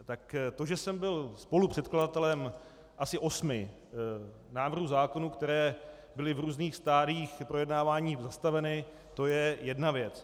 Tak to, že jsem byl spolupředkladatelem asi osmi návrhů zákonů, které byly v různých stadiích projednávání zastaveny, to je jedna věc.